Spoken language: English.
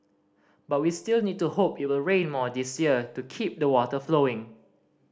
but we still need to hope it will rain more this year to keep the water flowing